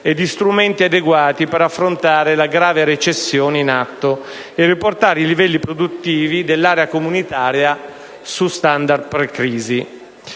e di strumenti adeguati per affrontare la grave recessione in atto e riportare i livelli produttivi dell'area comunitaria su *standard* precrisi.